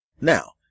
Now